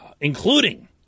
including